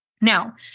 Now